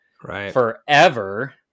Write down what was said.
forever